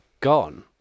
gone